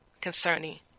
concerning